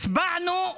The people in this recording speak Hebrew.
הצבענו,